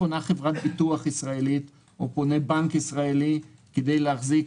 פונה חברת ביטוח ישראלית או פונה בנק ישראלי כדי להחזיק